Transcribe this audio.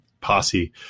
posse